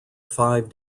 five